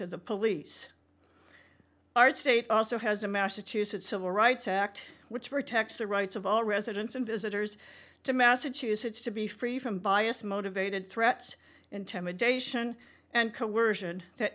to the police our state also has a massachusetts civil rights act which protects the rights of all residents and visitors to massachusetts to be free from bias motivated threats intimidation and coercion t